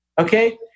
Okay